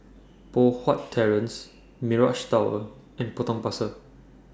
Poh Huat Terrace Mirage Tower and Potong Pasir